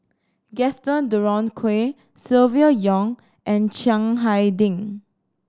Gaston Dutronquoy Silvia Yong and Chiang Hai Ding